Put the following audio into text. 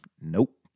Nope